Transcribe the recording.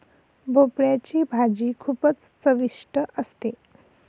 भोपळयाची भाजी खूपच चविष्ट असते